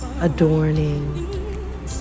adorning